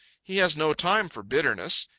he has no time for bitterness.